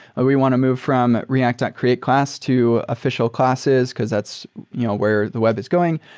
we want to move from react create class to official classes because that's you know where the web is going,